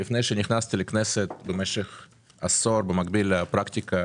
לפני שנכנסתי לכנסת, במשך עשור, במקביל לפרקטיקה